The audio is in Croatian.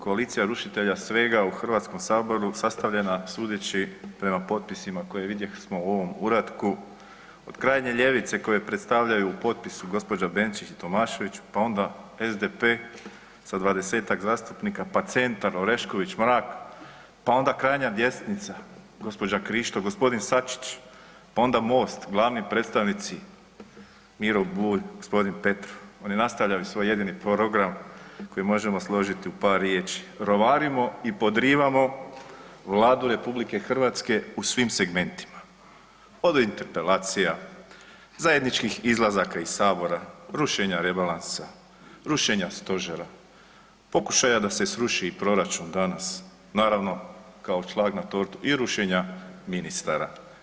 Koalicija rušitelja svega u HS sastavljena sudeći prema potpisima koje vidjeh smo u ovom uratku od krajnje ljevice koje predstavljaju potpis gđa. Benčić i Tomašević, pa onda SDP sa 20-tak zastupnika, pa Centar Orešković, Mrak, pa onda krajnja desnica gđa. Krišto, g. Sačić, pa onda MOST, glavni predstavnici Miro Bulj, g. Petrov, oni nastavljaju svoj jedini program koji možemo složiti u par riječi, rovarimo i podrivamo Vladu RH u svim segmentima, od interpelacija, zajedničkih izlazaka iz sabora, rušenja rebalansa, rušenja stožera, pokušaja da se sruši i proračun danas, naravno kao šlag na tortu i rušenja ministara.